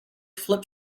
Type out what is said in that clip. flip